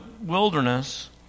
wilderness